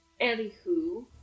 Anywho